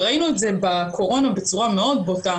וראינו את זה בקורונה בצורה מאוד בוטה,